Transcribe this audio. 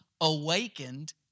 awakened